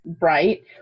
Right